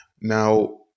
Now